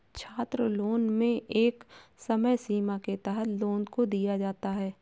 छात्रलोन में एक समय सीमा के तहत लोन को दिया जाता है